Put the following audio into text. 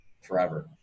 forever